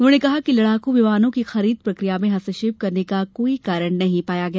उन्होंने कहा कि लड़ाकू विमानों की खरीद प्रक्रिया में हस्तक्षेप करने का कोई कारण नहीं पाया गया